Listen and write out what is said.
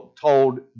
told